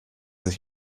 sich